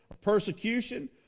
persecution